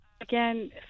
again